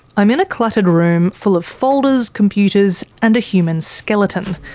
i'm in a cluttered room, full of folders, computers and a human skeleton.